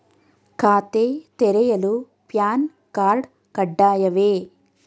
ಖಾತೆ ತೆರೆಯಲು PAN card ಕಡ್ಡಾಯವೇ?